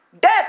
death